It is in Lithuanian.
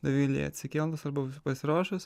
dovilei atsikėlus arba pasiruošus